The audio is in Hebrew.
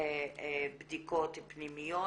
בדיקות פנימיות.